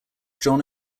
john